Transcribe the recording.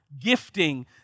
gifting